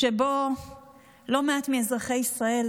שבו לא מעט מאזרחי ישראל